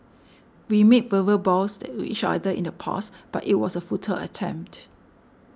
we made verbal vows to each other in the past but it was a futile attempt